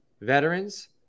Veterans